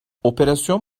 operasyon